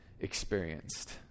experienced